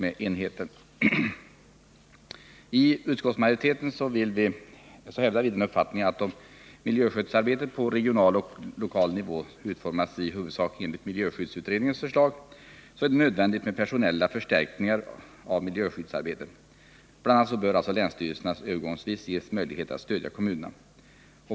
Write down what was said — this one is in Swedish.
Vi i utskottsmajoriteten vill hävda uppfattningen att om miljöskyddsarbetet på regional och lokal nivå utformas i huvudsak enligt miljöskyddsutredningens förslag, så är det nödvändigt med personella förstärkningar av miljöskyddsarbetet. Bl. a. bör länsstyrelserna övergångsvis ges möjligheter attstödja kommunerna.